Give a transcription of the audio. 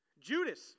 Judas